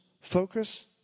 focus